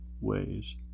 ways